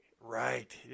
Right